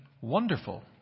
wonderful